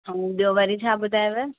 ऐं ॿियो वरी छा ॿुधायुव